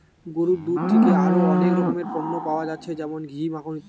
গরুর দুধ থিকে আরো অনেক রকমের পণ্য পায়া যাচ্ছে যেমন ঘি, মাখন ইত্যাদি